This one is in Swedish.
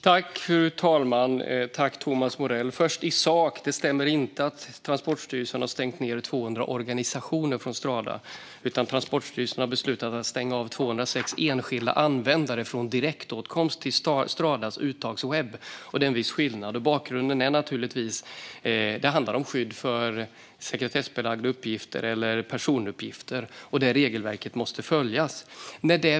Fru talman! Låt mig först i sak säga att det inte stämmer att Transportstyrelsen har stängt ute 200 organisationer från Strada, utan Transportstyrelsen har beslutat att stänga av 206 enskilda användare från direktåtkomst till Stradas uttagswebb. Det är en viss skillnad. Bakgrunden är naturligtvis att det handlar om skydd för sekretessbelagda uppgifter eller personuppgifter och där regelverket måste följas.